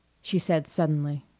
she said suddenly.